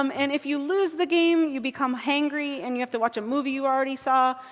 um and if you lose the game, you become hangry and you have to watch a movie you already saw.